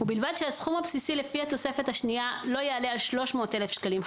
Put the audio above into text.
ובלבד שהסכום הבסיסי לפי התוספת השנייה לא יעלה על 300,000 שקלים חדשים,